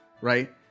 right